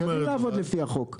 הם יודעים לעבוד לפי החוק,